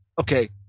okay